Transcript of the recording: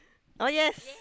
oh yes